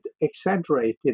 exaggerated